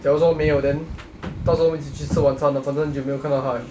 假如说没有 then 到时候我们一起去吃晚餐 orh 反正很久没有看到他 liao